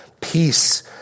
peace